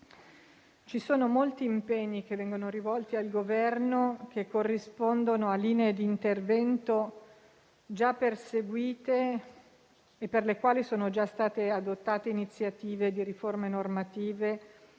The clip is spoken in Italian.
senatori, molti impegni rivolti al Governo corrispondono a linee di intervento già perseguite e per le quali sono già state adottate iniziative di riforme normative